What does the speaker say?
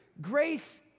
grace